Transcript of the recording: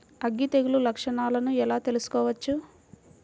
అగ్గి తెగులు లక్షణాలను ఎలా తెలుసుకోవచ్చు?